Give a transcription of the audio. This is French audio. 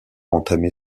entamer